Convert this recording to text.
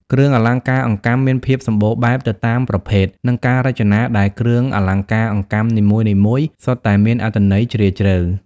គ្រឿងអលង្ការអង្កាំមានភាពសម្បូរបែបទៅតាមប្រភេទ និងការរចនា ដែលគ្រឿងអលង្ការអង្កាំនីមួយៗសុទ្ធតែមានអត្ថន័យជ្រាលជ្រៅ។